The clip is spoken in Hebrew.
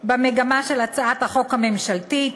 במגמה של הצעת החוק הממשלתית,